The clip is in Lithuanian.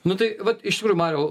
nu tai vat iš tikrųjų mariau